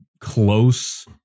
close